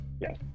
Yes